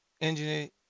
engineer